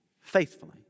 faithfully